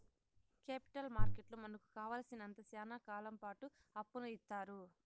capital మార్కెట్లో మనకు కావాలసినంత శ్యానా కాలంపాటు అప్పును ఇత్తారు